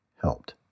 helped